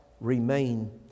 remain